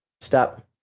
Stop